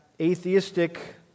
atheistic